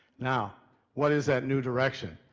now what is that new direction?